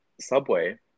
subway